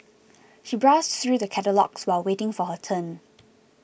she browsed through the catalogues while waiting for her turn